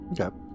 Okay